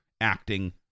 acting